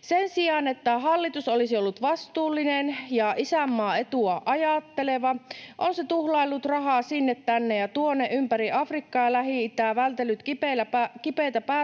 Sen sijaan, että hallitus olisi ollut vastuullinen ja isänmaan etua ajatteleva, on se tuhlaillut rahaa sinne, tänne ja tuonne ympäri Afrikkaa ja Lähi-itää, vältellyt kipeitä päätöksiä